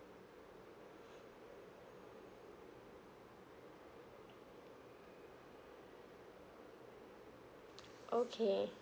okay